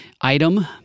item